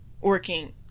working